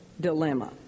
dilemma